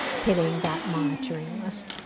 hitting that monitoring list.